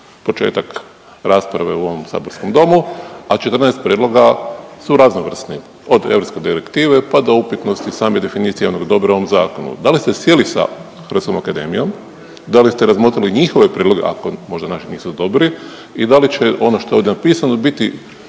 početak rasprave u ovom saborskom domu, a 14 prijedloga su raznovrsni, od europske direktive, pa do upitnosti same definicije onog dobra u ovom zakonu. Da li ste sjeli sa hrvatskom akademijom, da li ste razmotrili njihove prijedloge ako možda naši nisu dobri i da li će ono što je ovdje napisano biti